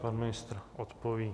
Pan ministr odpoví.